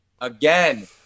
Again